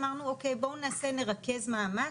אמרנו אוקיי, בואו נרכז מאמץ.